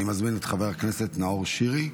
אני מזמין את חבר הכנסת נאור שירי.